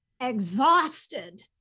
exhausted